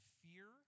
fear